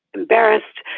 embarrassed.